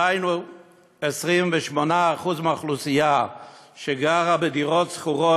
דהיינו 28% מהאוכלוסייה שגרה בדירות שכורות,